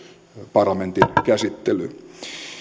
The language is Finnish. parlamentin käsittelyyn